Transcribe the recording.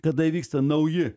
kada įvyksta nauji